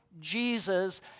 Jesus